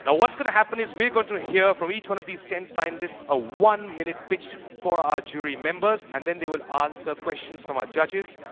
but what's going to happen is we're going to hear from each one of these ten finalists a one-minute pitch for our jury members. and then they will answer questions from our judges.